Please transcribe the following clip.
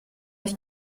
ich